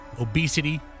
Obesity